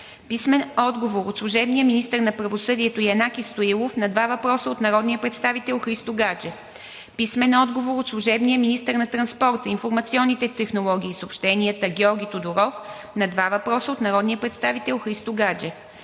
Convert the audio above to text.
Христо Гаджев; - служебния министър на правосъдието Янаки Стоилов на два въпроса от народния представител Христо Гаджев; - служебния министър на транспорта, информационните технологии и съобщенията Георги Тодоров на два въпроса от народния представител Христо Гаджев;